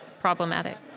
problematic